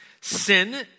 Sin